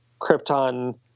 Krypton